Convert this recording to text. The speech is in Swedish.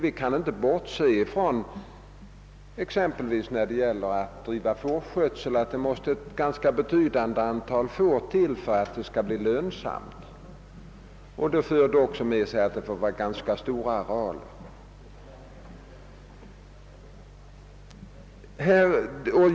Vi kan exempelvis när det gäller fårskötsel inte bortse från att det måste ett ganska betydande antal får till för att driften skall bli lönsam, vilket kräver ganska stora arealer.